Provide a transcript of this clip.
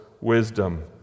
wisdom